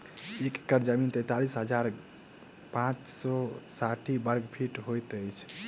एक एकड़ जमीन तैँतालिस हजार पाँच सौ साठि वर्गफीट होइ छै